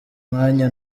mwanya